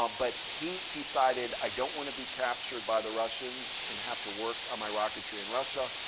ah but he decided, i don't want to be captured by the russians and have to work on my rocketry in russia.